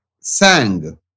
sang